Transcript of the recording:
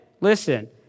Listen